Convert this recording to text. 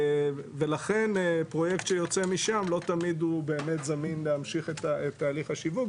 ולכן פרויקט שיוצא משם לא תמיד הוא באמת זמין להמשיך את תהליך השיווק,